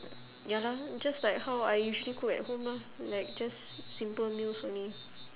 ya lah just like how I usually cook at home lah like just simple meals only